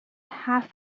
half